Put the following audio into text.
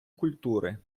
культури